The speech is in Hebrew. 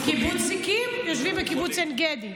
מקיבוץ זיקים יושבים בקיבוץ עין גדי.